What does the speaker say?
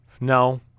No